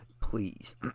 please